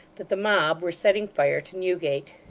that the mob were setting fire to newgate.